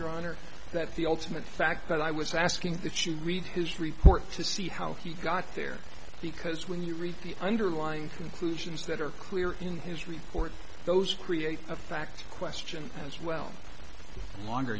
your honor that's the ultimate fact that i was asking that you read his report to see how he got there because when you read the underlying conclusions that are clear in his report those create a fact question as well the longer